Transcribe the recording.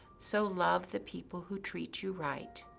so love the people who treat you right,